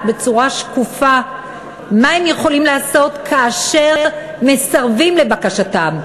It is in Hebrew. בצורה שקופה מה הם יכולים לעשות כאשר מסרבים לבקשתם,